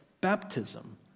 baptism